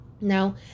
Now